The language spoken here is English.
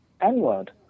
N-Word